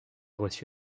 reçu